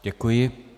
Děkuji.